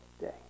day